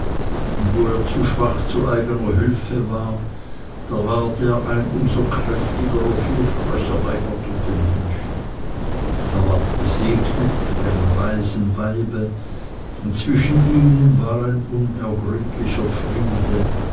und wo er zu schwach zu eigener hülfe war da ward er ein um so kräftigerer fürsprecher bei gott und menschen er ward gesegnet mit einem weisen weibe und zwischen ihnen war ein unergründlicher friede